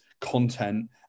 content